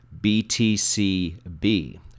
BTCB